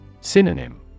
Synonym